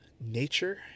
nature